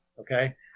Okay